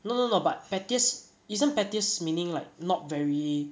no no no but pettiest isn't pettiest meaning like not very